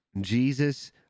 Jesus